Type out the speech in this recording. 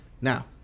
Now